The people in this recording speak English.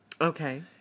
Okay